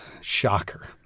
shocker